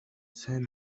сайн